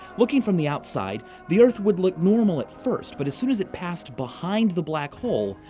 looking from the outside, the earth would look normal at first, but as soon as it passed behind the black hole,